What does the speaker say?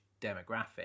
demographic